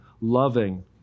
loving